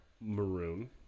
maroon